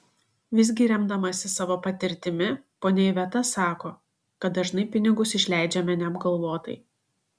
visgi remdamasi savo patirtimi ponia iveta sako kad dažnai pinigus išleidžiame neapgalvotai